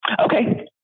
Okay